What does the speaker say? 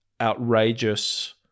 outrageous